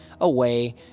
away